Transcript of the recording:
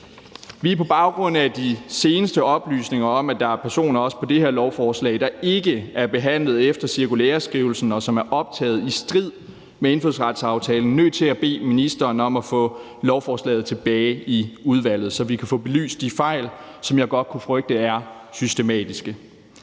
Vi er på baggrund af de seneste oplysninger om, at der er personer også på det her lovforslag, der ikke er behandlet efter cirkulæreskrivelsen, og som er optaget i strid med indfødsretsaftalen, nødt til at bede ministeren om at få lovforslaget tilbage i udvalget, så vi kan få belyst de fejl, som jeg godt kunne frygte er systematiske.